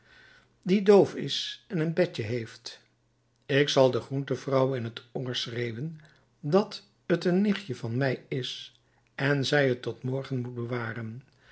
die doof is en een bedje heeft ik zal de groentevrouw in t oor schreeuwen dat t een nichtje van mij is en zij t tot morgen moet bewaren